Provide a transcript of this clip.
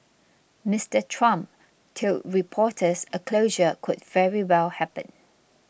Mister Trump told reporters a closure could very well happen